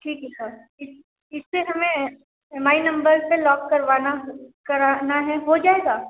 ठीक है सर ठीक है इससे हमें एम आई नंबर से लॉक करवाना है करना है हो जाएगा